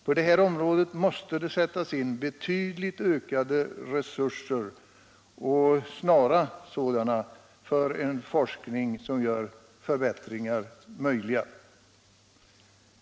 På det här området måste snara åtgärder vidtas och betydligt ökade re surser sättas in för en forskning som gör förbättringar möjliga.